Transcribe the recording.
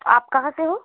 आप कहाँ से हो